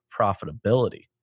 profitability